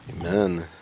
Amen